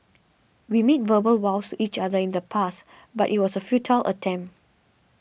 we made verbal vows to each other in the past but it was a futile attempt